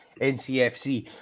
NCFC